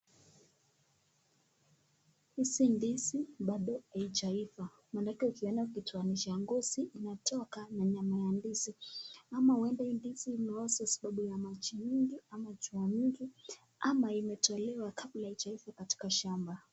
Hizi ndizi bado hajaivaa manake ukiona akitoanisha ngozi inatoka na nyama ya ndizi ama hii ndizi huenda imeoza sababu ya maji mingi ama jua mingi ama imetolewa kabla haijaivaa katika shamba.